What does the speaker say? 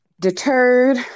deterred